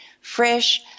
fresh